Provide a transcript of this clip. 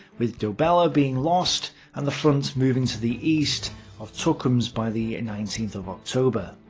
with dobele ah being lost and the front moving to the east of tukums by the nineteenth of october.